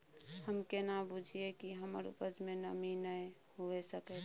हम केना बुझीये कि हमर उपज में नमी नय हुए सके छै?